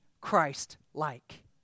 Christ-like